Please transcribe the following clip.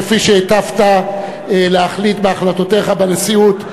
כפי שהיטבת להחליט בהחלטותיך בנשיאות,